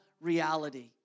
reality